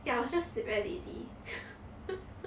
ya I was just very lazy